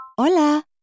Hola